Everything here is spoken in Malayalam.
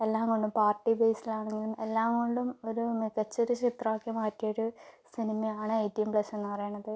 എല്ലാം കൊണ്ടും പാർട്ടി ബേസിലാണെങ്കിലും എല്ലാം കൊണ്ടും ഒരു മികച്ച ഒരു ചിത്രമാക്കി മാറ്റിയ ഒരു സിനിമയാണ് എയ്റ്റീൻ പ്ലസ് എന്ന് പറയണത്